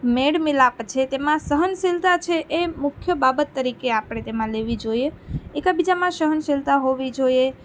મેળ મિલાપ છે તેમાં સહનશીલતા છે એ મુખ્ય બાબત તરીકે આપણે તેમાં લેવી જોઈએ એકબીજામાં સહનશીલતા હોવી જોઈએ